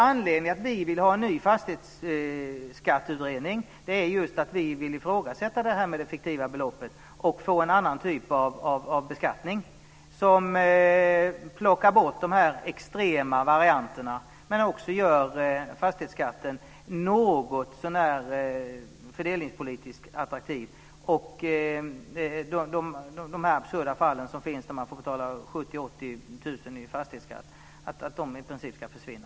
Anledningen till att vi vill ha en ny utredning om fastighetsskatten är att vi ifrågasätter lösningen med det fiktiva beloppet och att vi vill ha en annan typ av beskattning. Vi vill plocka bort de extrema varianterna och göra fastighetsskatten något så när fördelningspolitiskt attraktiv. De absurda fallen med 70 000-80 000 kr i fastighetsskatt ska i princip försvinna.